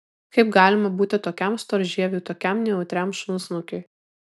kaip galima būti tokiam storžieviui tokiam nejautriam šunsnukiui